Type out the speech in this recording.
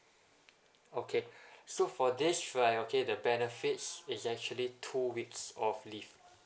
okay so for this right okay the benefits is actually two weeks of leave